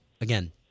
again